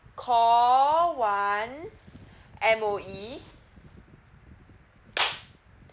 call one M_O_E